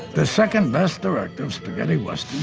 the second best director of spaghetti westerns